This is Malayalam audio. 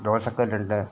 ദോശ കല്ലുണ്ട്